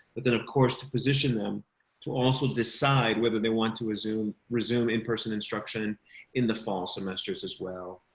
but then, of course, to position them to also decide whether they want to resume resume in person instruction in the fall semesters as well.